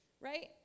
right